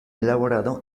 elaborado